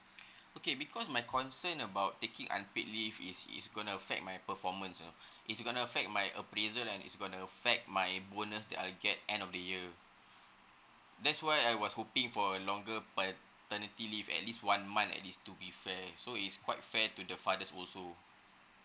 okay because my concern about taking unpaid leave is is going to affect my performance you know is it going to affect my appraisal and is going to affect my bonus that I'll get end of the year that's why I was hoping for a longer paternity leave at least one month at least to be fair so it's quite fair to the fathers also